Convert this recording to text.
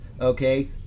okay